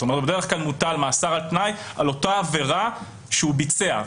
בדרך כלל מוטל מאסר על תנאי על אותה עבירה שהוא ביצע.